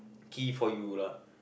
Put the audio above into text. key for you lah